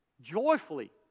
joyfully